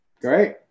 Great